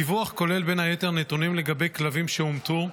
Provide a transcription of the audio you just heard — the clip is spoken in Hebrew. הדיווח כולל בין היתר נתונים לגבי כלבים שהומתו,